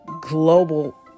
global